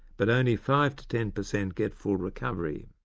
but only five to ten per cent get full recovery.